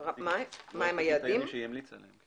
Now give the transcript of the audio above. מהם היעדים שהיא המליצה עליהם?